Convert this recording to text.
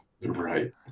right